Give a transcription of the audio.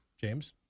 James